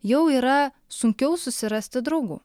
jau yra sunkiau susirasti draugų